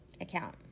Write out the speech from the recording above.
account